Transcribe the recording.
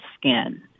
skin